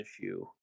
issue